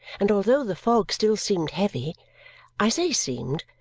and although the fog still seemed heavy i say seemed,